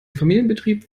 familienbetrieb